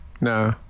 No